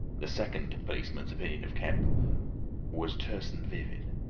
the second policeman's opinion of kemp was terse and vivid.